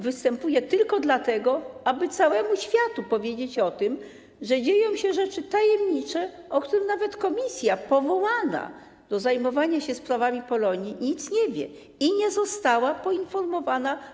Występuję tylko dlatego, aby całemu światu powiedzieć o tym, że dzieją się rzeczy tajemnicze, o których nawet komisja powołana do zajmowania się sprawami Polonii nic nie wie i nie została wczoraj poinformowana.